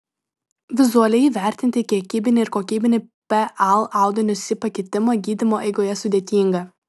vizualiai įvertinti kiekybinį ir kokybinį pl audinio si pakitimą gydymo eigoje sudėtinga